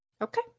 Okay